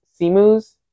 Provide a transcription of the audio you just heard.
Simu's